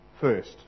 first